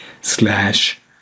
slash